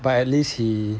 but at least he